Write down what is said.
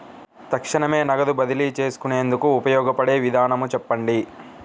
తక్షణమే నగదు బదిలీ చేసుకునేందుకు ఉపయోగపడే విధానము చెప్పండి?